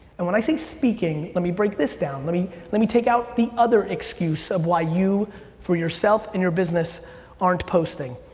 and when i say speaking, let me break this down. let me let me take out the other excuse of why you for yourself and your business aren't posting.